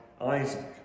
Isaac